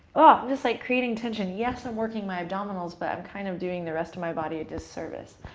just like creating tension. yes, i'm working my abdominals, but i'm kind of doing the rest of my body a disservice.